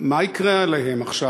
מה יקרה עליהם עכשיו?